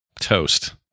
toast